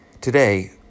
Today